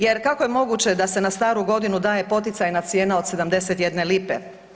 Jer kako je moguće da se na Staru Godinu daje poticajna cijena od 71 lipe?